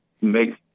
make